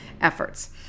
efforts